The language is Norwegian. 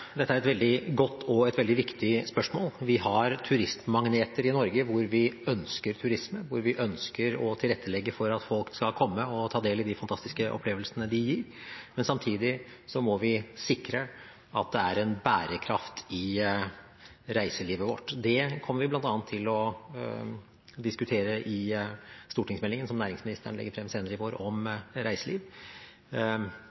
Dette er et veldig godt og et veldig viktig spørsmål. Vi har turistmagneter i Norge hvor vi ønsker turisme, hvor vi ønsker å tilrettelegge for at folk skal komme og ta del i de fantastiske opplevelsene de gir, men samtidig må vi sikre at det er en bærekraft i reiselivet vårt. Det kommer vi bl.a. til å diskutere i stortingsmeldingen om reiseliv, som næringsministeren legger frem senere